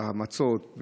המצות.